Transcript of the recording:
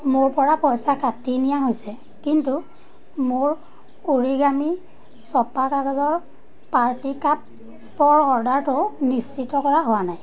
মোৰপৰা পইচা কাটি নিয়া হৈছে কিন্তু মোৰ ওৰিগামী ছপা কাগজৰ পাৰ্টি কাপৰ অৰ্ডাৰটো নিশ্চিত কৰা হোৱা নাই